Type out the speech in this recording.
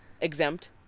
exempt